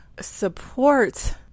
support